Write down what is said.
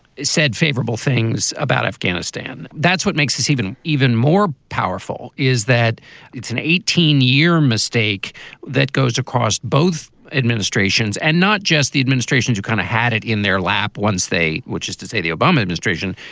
said favorable things about afghanistan. that's what makes this even even more powerful, is that it's an eighteen year mistake that goes across both administrations and not just the administration. you kind of had it in their lap once they. which is to say the obama administration,